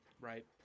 Right